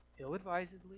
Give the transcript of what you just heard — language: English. ill-advisedly